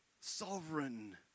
sovereign